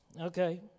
Okay